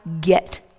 get